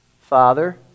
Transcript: Father